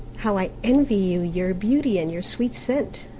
how i envy you your beauty and your sweet scent!